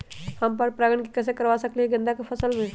हम पर पारगन कैसे करवा सकली ह गेंदा के फसल में?